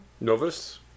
Novus